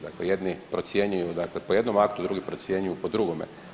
Dakle, jedni procjenjuju dakle po jednom aktu, drugi procjenjuju po drugome.